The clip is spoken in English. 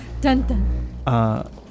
Dun-dun